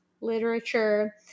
literature